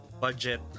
budget